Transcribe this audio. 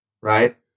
right